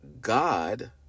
God